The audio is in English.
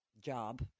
job